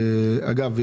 אגב,